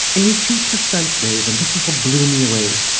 eighty percent, dave, and this is what blew me away,